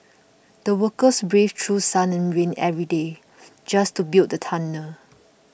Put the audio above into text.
the workers braved through sun and rain every day just to build the tunnel